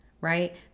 right